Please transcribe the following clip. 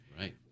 Right